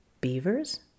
Beavers